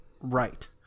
right